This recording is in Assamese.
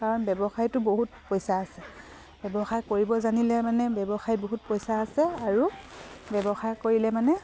কাৰণ ব্যৱসায়টো বহুত পইচা আছে ব্যৱসায় কৰিব জানিলে মানে ব্যৱসায় বহুত পইচা আছে আৰু ব্যৱসায় কৰিলে মানে